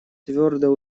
твердо